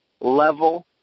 level